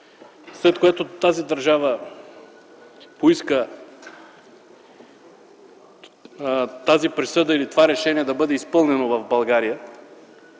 след което тази държава поиска тази присъда или това решение да бъде изпълнено в България,